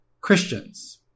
Christians